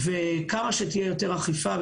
ככל שיהיו יותר אכיפה,